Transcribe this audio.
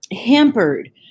hampered